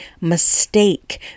mistake